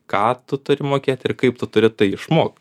ką tu turi mokėt ir kaip tu turi tai išmok